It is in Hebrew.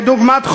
חצוף,